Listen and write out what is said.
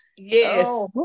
Yes